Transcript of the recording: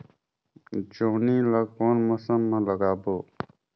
जोणी ला कोन मौसम मा लगाबो?